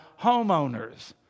homeowners